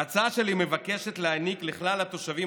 ההצעה שלי מבקשת להעניק לכלל התושבים